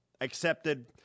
accepted